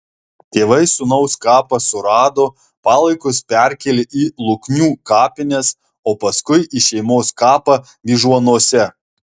tėvai sūnaus kapą surado palaikus perkėlė į luknių kapines o paskui į šeimos kapą vyžuonose